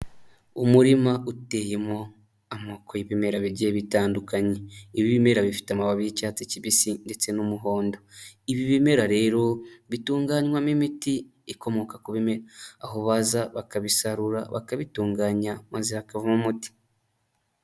Umurima uteyemo amoko y'ibimera bigiye bitandukanye, ibi bimera bifite amababi y'icyatsi kibisi ndetse n'umuhondo, ibi bimera rero bitunganywamo imiti ikomoka ku bimera, aho baza bakabisarura bakabitunganya maze hakavamo umuti.